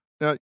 Now